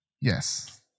yes